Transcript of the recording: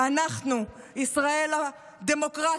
אנחנו ישראל הדמוקרטית,